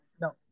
No